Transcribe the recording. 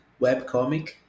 webcomic